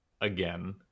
again